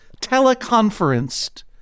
teleconferenced